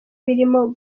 birimo